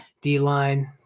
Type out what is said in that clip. D-line